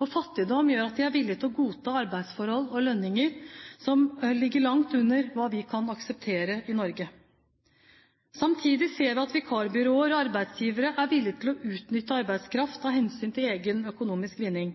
og fattigdom gjør at de er villige til å godta arbeidsforhold og lønninger som ligger langt under hva vi kan akseptere i Norge. Samtidig ser vi at vikarbyråer og arbeidsgivere er villige til å utnytte arbeidskraft av hensyn til egen økonomisk vinning.